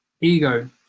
Ego